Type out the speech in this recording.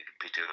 Peter